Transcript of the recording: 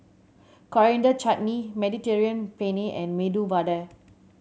Coriander Chutney Mediterranean Penne and Medu Vada